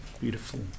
Beautiful